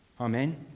Amen